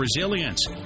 resilience